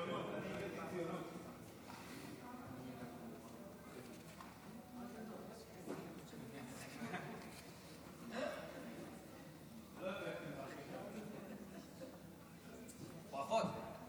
ברכות.